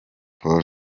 paul